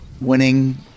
winning